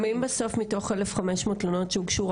גם אם בסוף מתוך 1,500 תלונות שהוגשו,